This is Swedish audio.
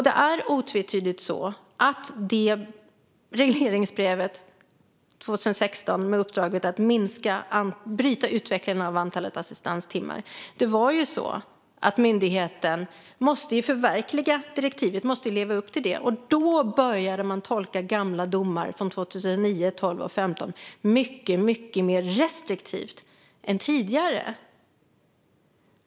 Det är otvetydigt så att 2016 års regleringsbrev innehöll uppdraget att bryta utvecklingen av antalet assistanstimmar. Myndigheten måste leva upp till det, och då började man tolka gamla domar från 2009, 2012 och 2015 mycket mer restriktivt än tidigare.